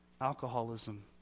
alcoholism